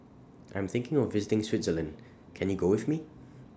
I'm thinking of visiting Switzerland Can YOU Go with Me